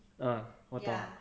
ah 我懂